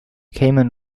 kamen